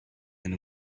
and